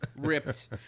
ripped